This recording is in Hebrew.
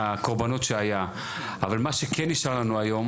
הקורבנות שהיה, אבל מה שכן נשאר לנו היום